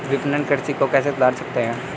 विपणन कृषि को कैसे सुधार सकते हैं?